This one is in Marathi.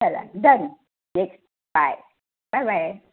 चला डन एक बाय बाय बाय